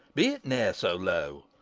be it ne'er so low.